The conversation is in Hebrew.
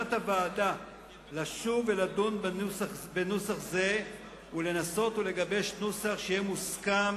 בכוונת הוועדה לשוב ולדון בנוסח זה ולנסות לגבש נוסח שיהיה מוסכם